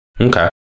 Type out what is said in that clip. Okay